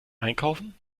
einkaufen